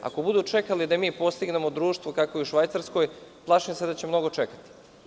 Ako budu čekali da mi postignemo društvo kakvo je u Švajcarskoj, plašim se da će mnogo čekati.